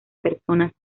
personas